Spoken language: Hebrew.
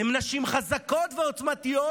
הן נשים חזקות ועוצמתיות,